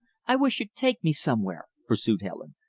i wish you'd take me somewhere, pursued helen.